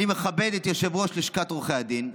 "אני מכבד את יושב-ראש לשכת עורכי הדין.